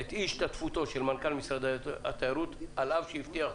את אי-השתתפותו של מנכ"ל משרד התיירות על אף שהבטיח זאת,